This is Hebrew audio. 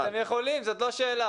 אתם יכולים, זאת לא שאלה.